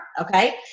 okay